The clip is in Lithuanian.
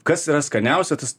kas yra skaniausia tas